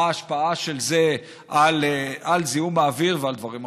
מה ההשפעה של זה על זיהום האוויר ועל דברים אחרים?